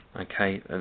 okay